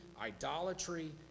idolatry